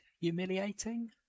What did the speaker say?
humiliating